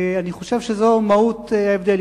אני חושב שזו מהות ההבדל.